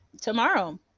tomorrow